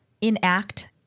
enact